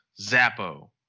Zappo